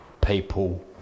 people